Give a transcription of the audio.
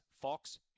Fox